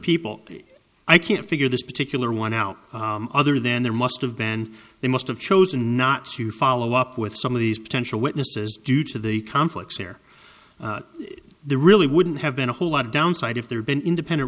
people i can't figure this particular one out other than there must have been they must have chosen not to follow up with some of these potential witnesses due to the conflicts where the really wouldn't have been a whole lot of downside if they had been independent